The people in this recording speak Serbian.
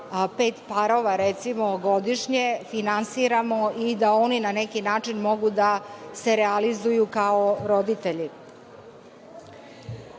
pet parova godišnje finansiramo i da oni na neki način mogu da se realizuju kao roditelji. Ovo